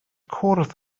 cwrdd